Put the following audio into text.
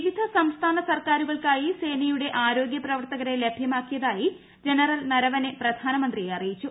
വിവിധ സംസ്ഥാന സർക്കാരുകൾക്കായി സേനയുടെ ആരോഗൃ പ്രവർത്തകരെ ലഭ്യമാക്കിയതായി ജനറൽ നരവനെ പ്രധാനമന്ത്രിയെ അറിയിച്ചു